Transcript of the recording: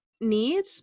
need